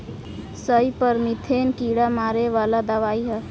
सईपर methane कीड़ा मारे वाला दवाई ह